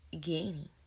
gaining